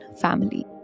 family